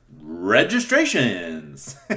registrations